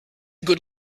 good